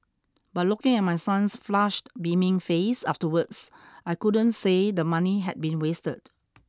but looking at my son's flushed beaming face afterwards I couldn't say the money had been wasted